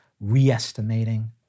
re-estimating